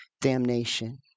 damnation